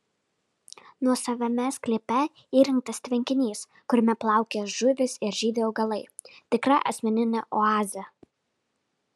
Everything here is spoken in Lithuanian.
nuosavame sklype įrengtas tvenkinys kuriame plaukioja žuvys ir žydi augalai tikra asmeninė oazė